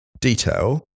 detail